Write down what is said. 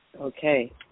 Okay